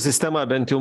sistema bent jau